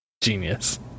Genius